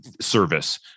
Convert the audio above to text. service